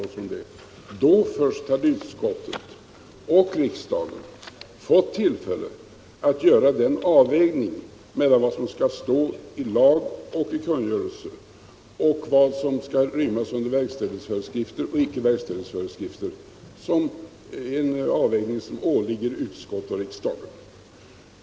Då först hade utskottet och riksdagen fått tillfälle att göra den avvägning mellan vad som skall stå i lag och kungörelse och vad som skall rymmas under verkställighetsföreskrifter och icke-verkställighetsföreskrifter — en avvägning som åligger utskott och riksdag.